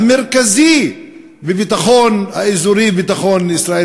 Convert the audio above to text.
המרכזי, בביטחון האזורי, ביטחון ישראל?